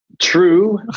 True